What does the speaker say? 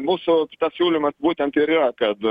mūsų pasiūlymas būtent ir yra kad